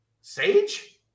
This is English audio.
Sage